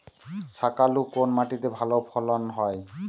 শাকালু কোন মাটিতে ভালো ফলন হয়?